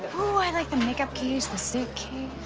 i like the make-up case, the suitcase.